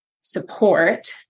support